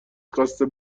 قصد